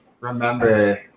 remember